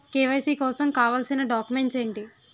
KYC కోసం కావాల్సిన documents ఎంటి?